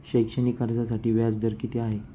शैक्षणिक कर्जासाठी व्याज दर किती आहे?